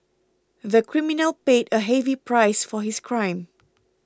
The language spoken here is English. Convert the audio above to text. the criminal paid a heavy price for his crime